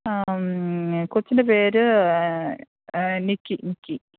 ആ ന് കൊച്ചിന്റെ പേര് നിക്കി നിക്കി